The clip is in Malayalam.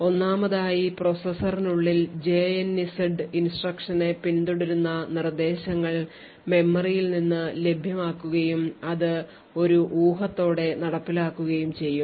ഒന്നാമതായി പ്രോസസറിനുള്ളിൽ jnz ഇൻസ്ട്രക്ഷനെ പിന്തുടരുന്ന നിർദ്ദേശങ്ങൾ മെമ്മറിയിൽ നിന്ന് ലഭ്യമാക്കുകയും അത് ഒരു ഊഹത്തോടെ നടപ്പിലാക്കുകയും ചെയ്യും